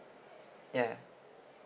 yeah